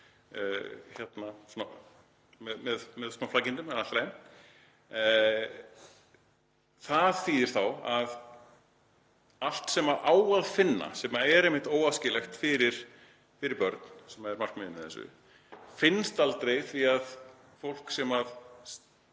með smá flækjum. Það þýðir þá að allt sem á að finna, sem er einmitt óæskilegt fyrir börn, sem er markmiðið með þessu, finnst aldrei því að fólk sem